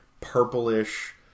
purplish